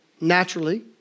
naturally